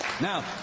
Now